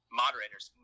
moderators